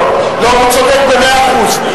הוא צודק במאה אחוז.